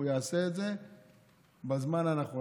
הוא יעשה את זה בזמן הנכון.